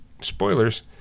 Spoilers